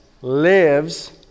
lives